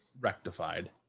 rectified